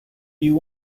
you